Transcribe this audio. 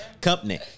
Company